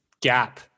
gap